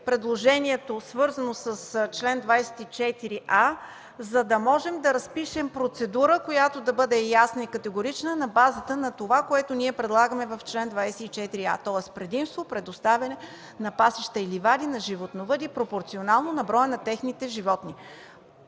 предложението, свързано с чл. 24а, за да можем да разпишем процедура, която да бъде ясна и категорична, на базата на това, което ние предлагаме в чл. 24а, тоест, предимство при предоставяне на пасища и ливади на животновъди пропорционално на броя на техните животни.